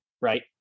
right